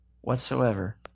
whatsoever